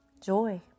joy